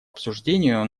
обсуждению